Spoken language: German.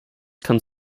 kann